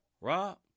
Rob